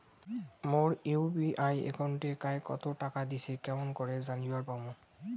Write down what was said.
মোর UPI একাউন্টে কায় কতো টাকা দিসে কেমন করে জানিবার পামু?